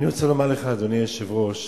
אדוני היושב-ראש,